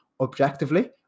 objectively